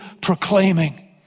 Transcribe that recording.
proclaiming